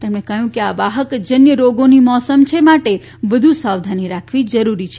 તેમણે કહયું કે આ વાહક જન્ય રોગોની મોસમ છે માટે વધુ સાવધાની રાખવી જરૂરી છે